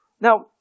Now